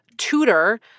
tutor